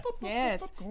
Yes